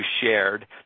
shared